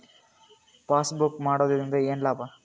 Passbook ಮಾಡುದರಿಂದ ಏನು ಲಾಭ?